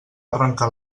arrencar